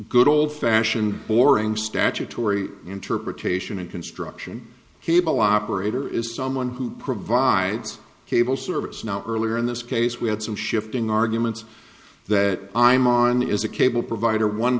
good old fashioned boring statutory interpretation and construction cable operator is someone who provides cable service now earlier in this case we had some shifting arguments that i'm on is a cable provider one